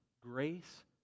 grace